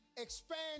Expand